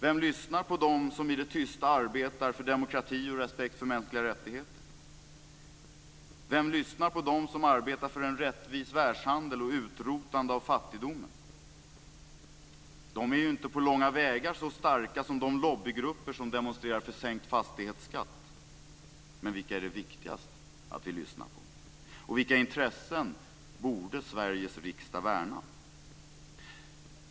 Vem lyssnar på dem som i det tysta arbetar för demokrati och respekt för mänskliga rättigheter? Vem lyssnar på dem som arbetar för en rättvis världshandel och utrotande av fattigdomen? De är ju inte på långa vägar så starka som de lobbygrupper som demonstrerar för sänkt fastighetsskatt. Men vilka är det viktigast att vi lyssnar på? Och vilka intressen borde Sveriges riksdag värna?